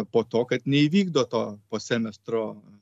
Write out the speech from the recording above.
po to kad neįvykdo to po semestro